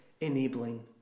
enabling